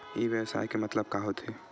ई व्यवसाय के मतलब का होथे?